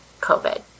covid